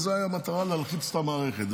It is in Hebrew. זאת הייתה המטרה, להלחיץ את המערכת.